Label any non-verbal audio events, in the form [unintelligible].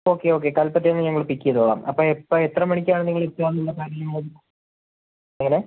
okay okay കൽപ്പറ്റയിൽ നിന്ന് ഞങ്ങൾ പിക്ക് ചെയ്തോളാം അപ്പം എപ്പം എത്ര മണിക്കാണ് നിങ്ങൾ എത്തുക എന്നുള്ള കാര്യങ്ങൾ [unintelligible] എങ്ങനെ